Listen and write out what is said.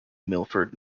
milford